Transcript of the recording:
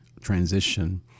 transition